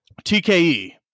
TKE